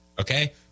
Okay